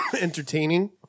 entertaining